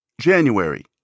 January